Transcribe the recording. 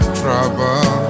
trouble